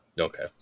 Okay